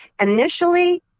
Initially